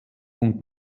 und